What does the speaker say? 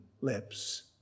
lips